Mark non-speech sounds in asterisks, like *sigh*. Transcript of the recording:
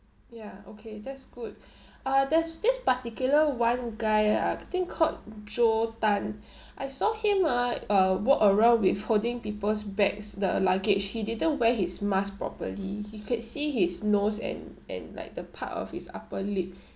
ya okay that's good *breath* uh there's this particular one guy ah I think called zhou tan I saw him ah uh walk around with holding people's bags the luggage he didn't wear his mask properly you could see his nose and and like the part of his upper lip